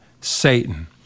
Satan